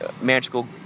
magical